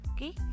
Okay